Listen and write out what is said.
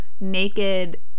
naked